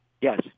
Yes